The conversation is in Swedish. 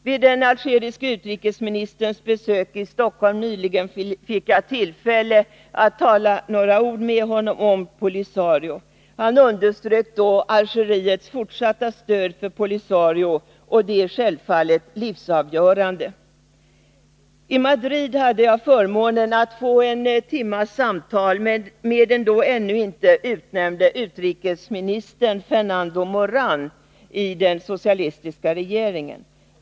Vid den algeriske utrikesministerns besök i Stockholm fick jag tillfälle att tala några ord med honom om Polisario. Han underströk då Algeriets fortsatta stöd för Polisario, och det är självfallet livsavgörande. I Madrid hade jag förmånen att få en timmes samtal med den då ännu inte utnämnde utrikesministern, Fernando Morau, i den socialistiska regeringen.